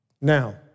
Now